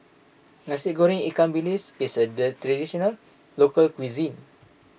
Nasi Goreng Ikan Bilis is a local cuisine